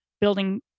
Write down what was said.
building